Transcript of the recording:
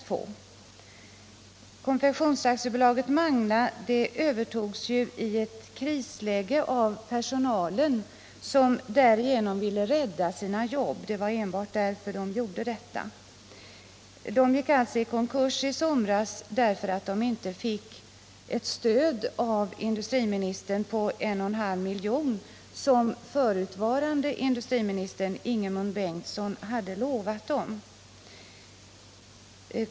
Magna Konfektion övertogs i ett krisläge av personalen som därigenom ville rädda sina jobb. Magna Konfektion gick alltså i konkurs i somras, därför att företaget inte fick ett statligt stöd på 1,5 milj.kr., som förutvarande arbetsmarknadsministern Ingemund Bengtsson hade lovat.